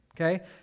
okay